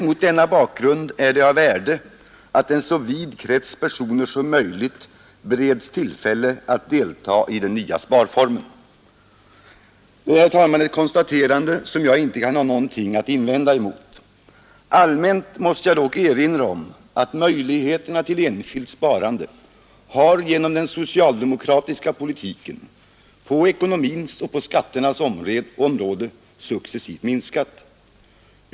Mot denna bakgrund är det av värde att en så vid krets personer som möjligt bereds tillfälle att delta i den nya sparformen.” Det är, herr talman, ett konstaterande som jag inte kan ha något att invända mot. Allmänt måste jag dock erinra om att möjligheterna till enskilt sparande successivt har minskat genom den socialdemokratiska politiken — på ekonomins och skatternas områden.